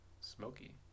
smoky